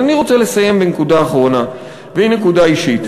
אני רוצה לסיים בנקודה אחרונה, והיא נקודה אישית.